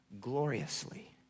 gloriously